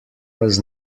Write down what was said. was